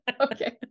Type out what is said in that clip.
Okay